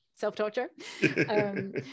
self-torture